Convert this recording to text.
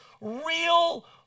real